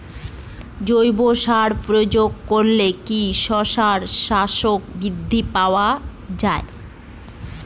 জৈব সার প্রয়োগ করলে কি শশার সাইজ বৃদ্ধি পায়?